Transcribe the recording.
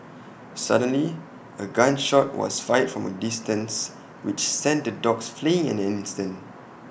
suddenly A gun shot was fired from A distance which sent the dogs fleeing in an instant